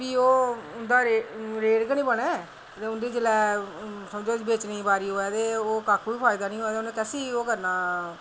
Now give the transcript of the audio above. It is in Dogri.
ते ओह् उं'दा रेट गै निं बनें ते उं'दी जेल्लै समझो कि बेचने दी बारी आई ते ओह् कक्ख बी फायदा निं होऐ ते किसी ओह् करना